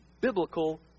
biblical